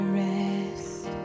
rest